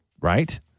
right